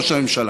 ראש הממשלה,